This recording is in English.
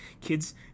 kids